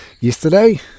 Yesterday